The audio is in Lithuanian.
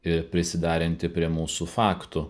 ir prisiderinti prie mūsų faktų